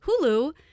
Hulu